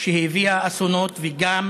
שהביאה אסונות, וגם